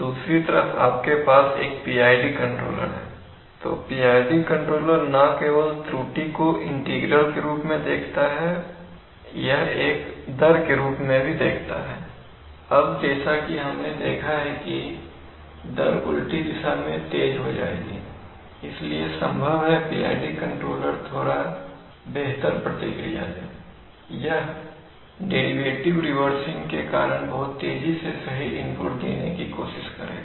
दूसरी तरफ अगर आपके पास एक PID कंट्रोलर है तो PID कंट्रोलर न केवल त्रुटि को इंटीग्रल के रूप में देखता है यह दर के रूप में भी देखता है अब जैसा कि हमने देखा है कि दर उल्टी दिशा में तेज हो जाएगी इसलिए संभव है PID कंट्रोलर थोड़ा बेहतर प्रतिक्रिया दे क्योंकि यह डेरिवेटिव रिवर्सिंग के कारण बहुत तेजी से सही इनपुट देने की कोशिश करेगा